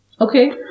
Okay